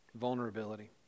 vulnerability